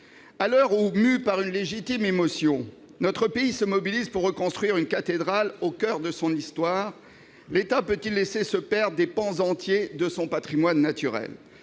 À l'heure où, mû par une légitime émotion, notre pays se mobilise pour reconstruire une cathédrale au coeur de son histoire, l'État peut-il laisser se perdre des pans entiers de son patrimoine naturel ?